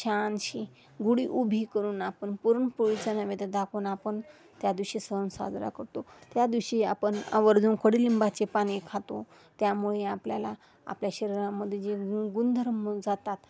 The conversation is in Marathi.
छानशी गुढी उभी करून आपण पुरणपोळीचा नैवेद्य दाखवून आपण त्या दिवशी सण साजरा करतो त्या दिवशी आपण आवर्जून कडुलिंबाचे पाने खातो त्यामुळे आपल्याला आपल्या शरीरामध्ये जे गु गुणधर्म जातात